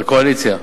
הקואליציה.